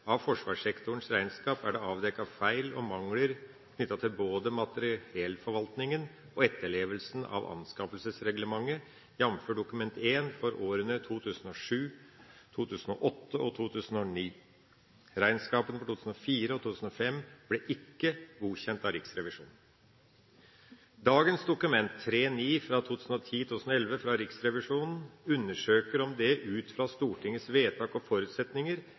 av forsvarssektorens regnskap er det avdekket feil og mangler knyttet til både materiellforvaltninga og etterlevelsen av anskaffelsesregelverket, jf. Dokument 1 for årene 2007, 2008 og 2009. Regnskapene for 2004 og 2005 ble ikke godkjent av Riksrevisjonen. Dagens Dokument 3:9 for 2010–2011 fra Riksrevisjonen undersøker om det ut fra Stortingets vedtak og forutsetninger